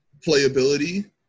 playability